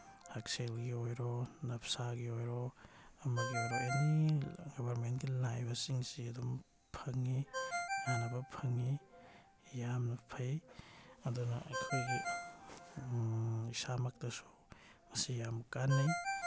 ꯍꯛꯁꯦꯜꯒꯤ ꯑꯣꯏꯔꯣ ꯅꯞꯁꯥꯒꯤ ꯑꯣꯏꯔꯣ ꯑꯃꯒꯤ ꯑꯣꯏꯔꯣ ꯑꯦꯅꯤ ꯒꯕꯔꯃꯦꯟꯒꯤ ꯂꯥꯛꯏꯕꯁꯤꯡꯁꯤ ꯑꯗꯨꯝ ꯐꯪꯉꯤ ꯀꯥꯅꯕ ꯐꯪꯉꯤ ꯌꯥꯝꯅ ꯐꯩ ꯑꯗꯨꯅ ꯑꯩꯈꯣꯏꯒꯤ ꯏꯁꯥꯃꯛꯇꯁꯨ ꯃꯁꯤ ꯌꯥꯝ ꯀꯥꯅꯩ